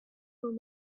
from